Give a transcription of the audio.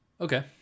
okay